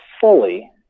fully